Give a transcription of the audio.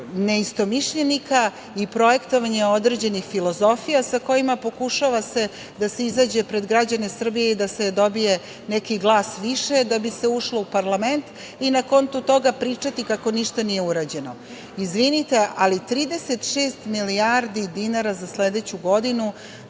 neistomišljenika i projektovanje određenih filozofija sa kojima pokušava da se izađe pred građane Srbije i da se dobije neki glas više da bi se ušlo u parlament i na konto toga pričati kako ništa nije urađeno. Izvinite, ali 36 milijardi dinara za sledeću godinu